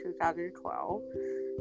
2012